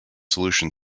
solution